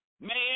man